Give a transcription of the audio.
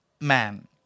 man